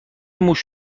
موش